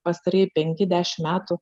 pastarieji penki dešimt metų